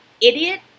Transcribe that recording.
idiot